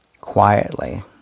quietly